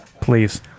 please